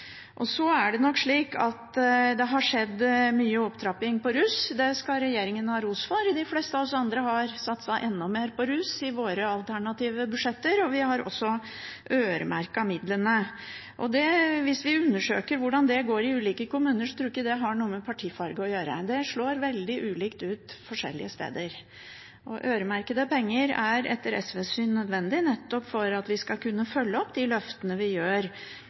Så er det nok slik at det har skjedd mye opptrapping opp mot rus. Det skal regjeringen ha ros for. De fleste av oss andre har satset enda mer på rus i våre alternative budsjetter, og vi har også øremerket midlene. Hvis vi undersøker hvordan det går i ulike kommuner, tror jeg ikke det har noe med partifarge å gjøre. Det slår veldig ulikt ut forskjellige steder, og øremerkede penger er etter SVs syn nødvendig nettopp for at vi skal kunne følge opp de løftene vi